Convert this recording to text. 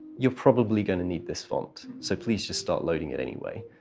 you're probably going to need this font, so please just start loading it anyway.